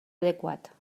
adequat